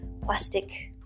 plastic